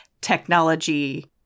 technology